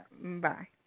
Bye